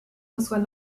reçoit